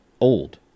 old